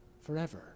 forever